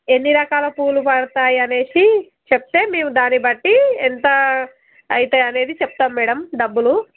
ఎన్ని రకాల పూలు పడతాయి అనేసి చెప్తే మేము దాన్ని బట్టి ఎంత అవుతాయి అనేది చెప్తాం మ్యాడమ్ డబ్బులు